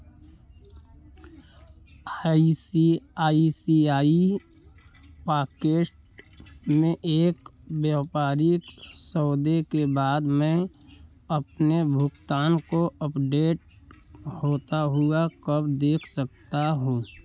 I C I C I pocket में एक व्यापारिक सौदे के बाद मैं अपने भुगतान को अपडेट होता हुआ कब देख सकता हूँ